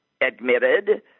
admitted